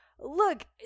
Look